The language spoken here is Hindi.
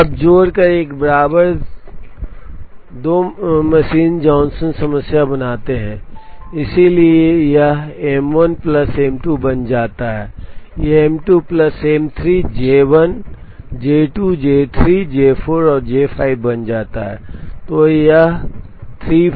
तो अब जोड़कर एक बराबर 2 मशीन जॉनसन समस्या बनाते हैं इसलिए यह M1 प्लस M2 बन जाता है यह M2 plus M3 J1 J2 J 3 J4 और J5 बन जाता है